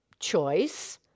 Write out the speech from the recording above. Choice